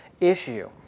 issue